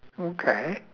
okay